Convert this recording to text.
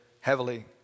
heavily